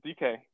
dk